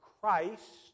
Christ